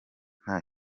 nta